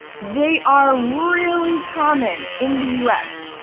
they are really common in the us.